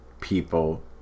people